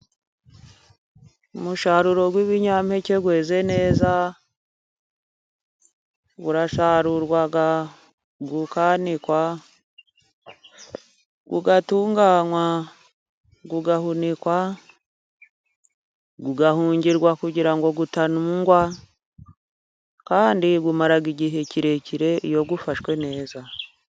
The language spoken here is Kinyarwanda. Umusaruro w'ibinyampeke weze neza urasarurwa ukanikwa, ugatunganywa, ugahunikwa, ugahungirwa kugira ngo utamungwa kandi umara igihe kirekire iyo ufashwe neza.